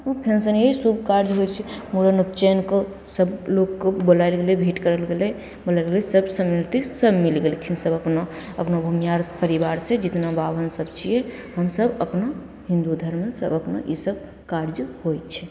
ओ फेरसे ई शुभ काज होइ छै मूड़न ओ चेनके सभ लोककेँ बोलाएल गेलै भेँट करल गेलै बोलल गेलै सभ सम्बन्धी सभ मिलि गेलखिन सभ अपना अपना भुमिहार परिवारसे जतना बाभनसभ छिए हमसभ अपना हिन्दू धरममे सभ अपना ईसभ काज होइ छै